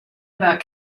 about